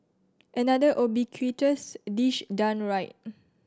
another ubiquitous dish done right